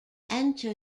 enter